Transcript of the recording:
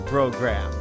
Program